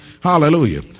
Hallelujah